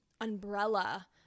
umbrella